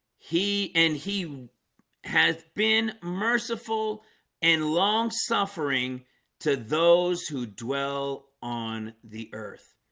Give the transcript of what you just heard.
he and he has been merciful and long suffering to those who dwell on the earth